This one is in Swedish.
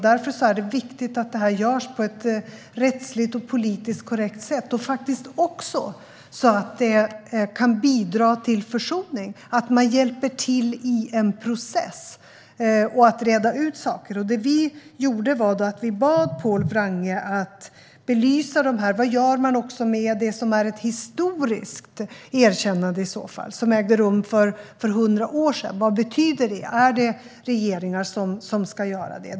Därför är det viktigt att detta görs på ett rättsligt och politiskt korrekt sätt, och också så att det kan bidra till försoning och att man hjälper till i en process att reda ut saker. Det som vi gjorde var att be Pål Wrange att belysa detta. Vad gör man med det som är ett historiskt erkännande i så fall, det som ägde rum för hundra år sedan? Vad betyder det? Är det regeringar som ska göra det?